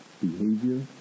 behavior